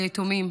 היתומים,